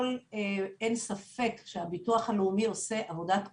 אין ספק שהביטוח הלאומי עושה עבודת קודש,